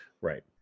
Right